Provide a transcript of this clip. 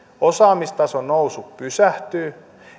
osaamistason nousu pysähtyy